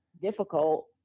difficult